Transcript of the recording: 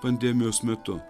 pandemijos metu